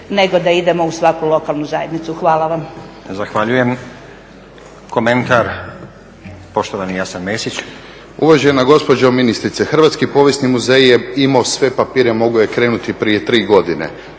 nego da idemo u svaku lokalnu zajednicu. Hvala vam.